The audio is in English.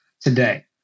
today